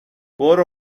برو